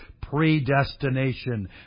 predestination